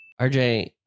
RJ